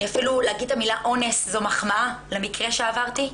אני אפילו להגיד את המילה אונס זו מחמאה למקרה שאני עברתי.